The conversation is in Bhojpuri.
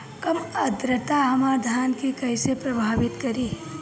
कम आद्रता हमार धान के कइसे प्रभावित करी?